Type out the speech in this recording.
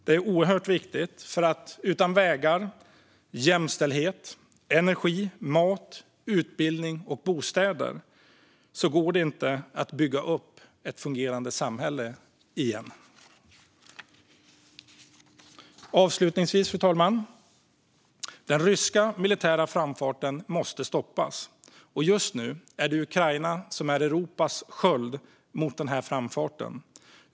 Det är oerhört viktigt, för utan vägar, jämställdhet, energi, mat, utbildning och bostäder går det inte att bygga upp ett fungerande samhälle igen. Avslutningsvis, fru talman - den ryska militära framfarten måste stoppas. Och just nu är det Ukraina som är Europas sköld mot denna framfart.